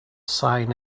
sign